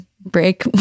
break